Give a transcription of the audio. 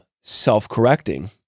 self-correcting